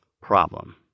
problem